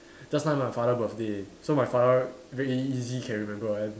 just nice my father birthday so my father very e~ easy can remember one